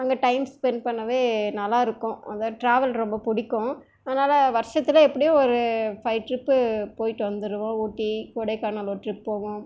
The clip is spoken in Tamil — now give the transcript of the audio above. அங்கே டைம் ஸ்பென்ட் பண்ணவே நல்லாயிருக்கும் அங்கே ட்ராவல் ரொம்ப பிடிக்கும் அதனால் வருஷத்தில் எப்படியும் ஒரு ஃபை ட்ரிப்பு போய்விட்டு வந்துடுவோம் ஊட்டி கொடைக்கானல் ஒரு ட்ரிப் போவோம்